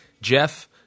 Jeff